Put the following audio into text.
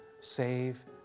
save